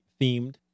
themed